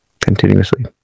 continuously